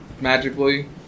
magically-